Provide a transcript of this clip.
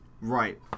Right